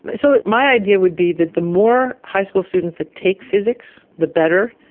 but so my idea would be that the more high school students that take physics, the better,